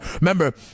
Remember